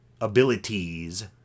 abilities